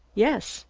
yes.